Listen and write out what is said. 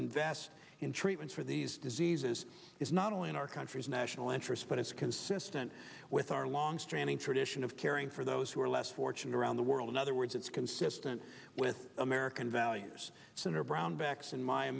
invest in treatments for these diseases is not only in our country's national interest but it's consistent with our long standing tradition of caring for those who are less fortunate around the world in other words it's consistent with american values senator brownback